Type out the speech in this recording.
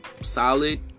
solid